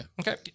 Okay